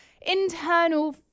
internal